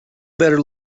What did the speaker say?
better